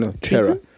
terror